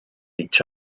each